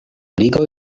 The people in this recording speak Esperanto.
ligo